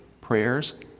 prayers